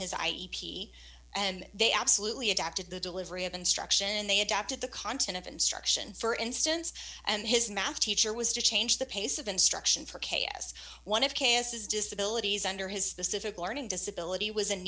his eye e p and they absolutely adopted the delivery of instruction they adopted the content of instruction for instance and his math teacher was to change the pace of instruction for k s one of cancer's disabilities under his specific learning disability was